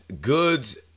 Goods